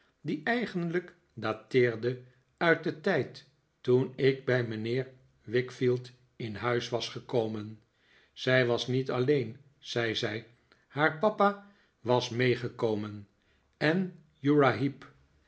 die eigenlijk dateerde uit den tijd toen ik bij mijnheer wickfield in huis was gekomen zij was niet alleen zei zij haar papa was meegekomen en